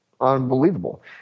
unbelievable